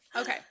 Okay